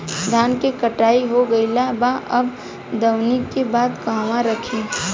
धान के कटाई हो गइल बा अब दवनि के बाद कहवा रखी?